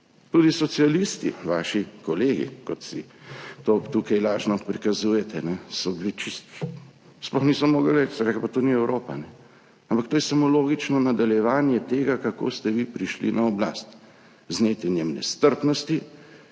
Tudi socialisti, vaši kolegi, kot si to tukaj lažno prikazujete, so bili čisto – sploh niso mogli verjeti, so rekli, pa to ni Evropa. Ampak to je samo logično nadaljevanje tega, kako ste vi prišli na oblast – z netenjem nestrpnosti,